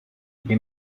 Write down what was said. les